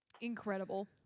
Incredible